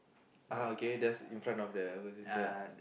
(h) okay just in front of the hawker centre ah